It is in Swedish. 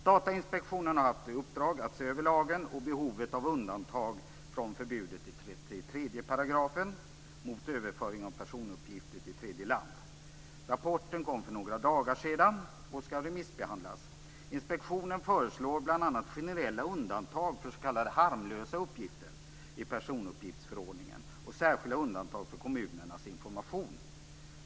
Datainspektionen har haft i uppdrag att se över lagen och behovet av undantag från förbudet i 33 § mot överföring av personuppgifter till tredje land. Rapporten kom för några dagar sedan och skall remissbehandlas. Inspektionen föreslår bl.a. generella undantag för s.k. harmlösa uppgifter i personuppgiftsförordningen och särskilda undantag för kommunernas information.